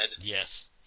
Yes